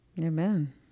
amen